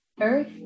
Earth